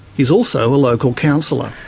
he's also a local councillor.